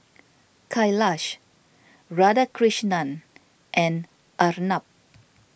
Kailash Radhakrishnan and Arnab